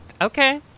Okay